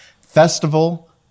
festival